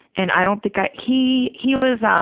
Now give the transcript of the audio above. and i don't think i, he he was, um